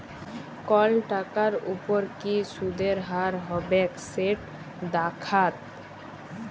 call টাকার উপর কি সুদের হার হবেক সেট দ্যাখাত